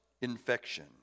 infection